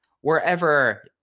wherever